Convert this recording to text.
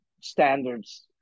standards